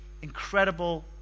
incredible